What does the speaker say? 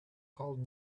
called